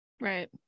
Right